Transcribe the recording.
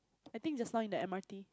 I think just now in the M_R_T